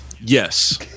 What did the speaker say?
Yes